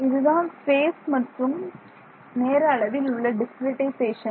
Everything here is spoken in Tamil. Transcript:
இதுதான் ஸ்பேஸ் மற்றும் நேர அளவில் உள்ள டிஸ்கிரிட்டைசேஷன்